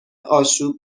آشوب